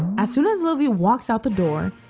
as soon as little vee walks out the door,